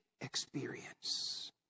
experience